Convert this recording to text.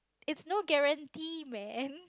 it's no guarantee man